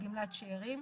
גמלת שאירים,